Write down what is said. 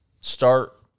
start